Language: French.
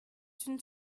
une